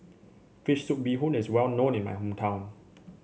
fish soup Bee Hoon is well known in my hometown